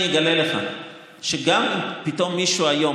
אני אגלה לך שגם אם פתאום מישהו היום,